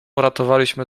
uratowaliśmy